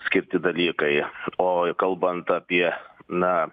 skirti dalykai o kalbant apie na